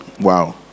wow